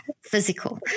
physical